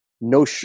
no